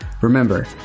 Remember